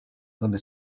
donde